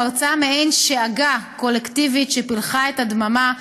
פרצה מעין שאגה קולקטיבית שפילחה את הדממה.